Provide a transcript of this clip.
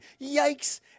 Yikes